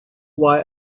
why